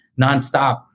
nonstop